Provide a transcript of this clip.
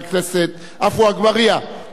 על-פי בקשת הממשלה.